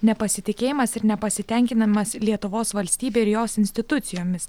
nepasitikėjimas ir nepasitenkinimas lietuvos valstybe ir jos institucijomis